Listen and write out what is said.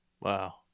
Wow